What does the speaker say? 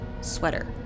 sweater